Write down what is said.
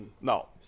No